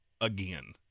again